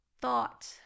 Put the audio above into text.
thought